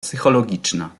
psychologiczna